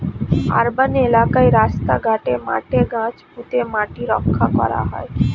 urban এলাকায় রাস্তা ঘাটে, মাঠে গাছ পুঁতে মাটি রক্ষা করা হয়